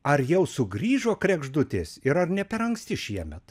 ar jau sugrįžo kregždutės ir ar ne per anksti šiemet